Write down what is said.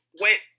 went